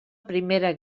primera